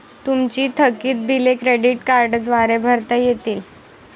तुमची थकीत बिले क्रेडिट कार्डद्वारे भरता येतील